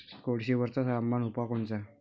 कोळशीवरचा रामबान उपाव कोनचा?